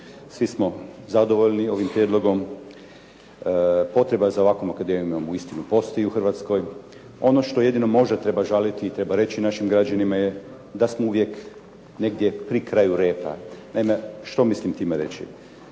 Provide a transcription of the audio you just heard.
Svi smo zadovoljni ovim prijedlogom. Potreba za ovakvom akademijom uistinu postoji u Hrvatskoj. Ono što jedino možda treba žaliti i treba reći našim građanima je da smo uvijek negdje pri kraju repa. Naime, što mislim time reći.